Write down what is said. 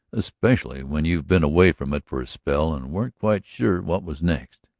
especially when you've been away from it for a spell and weren't quite sure what was next.